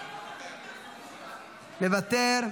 מוותר,